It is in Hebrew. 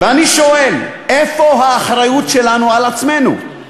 ואני שואל: איפה האחריות שלנו על עצמנו?